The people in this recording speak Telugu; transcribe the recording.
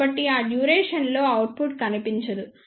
కాబట్టిఆ డ్యూరేషన్ లో అవుట్పుట్ కనిపించదు